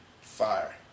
Fire